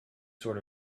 sort